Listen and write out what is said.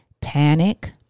panic